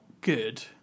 good